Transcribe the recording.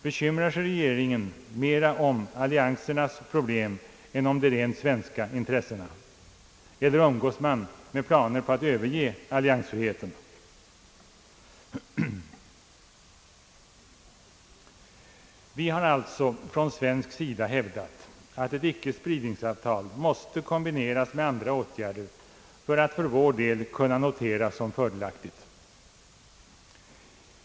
Bekymrar sig regeringen mera om alliansernas problem än om de rent svenska intressena, eller umgås man med planer på att överge alliansfriheten? Vi har alltså från svensk sida hävdat att ett icke-spridningsavtal måste kombineras med andra åtgärder för att för oss kunna noteras som fördelaktigt.